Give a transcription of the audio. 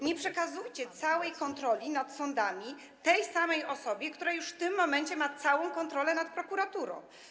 Nie przekazujcie całej kontroli nad sądami tej samej osobie, która już w tym momencie ma pełną kontrolę nad prokuraturą.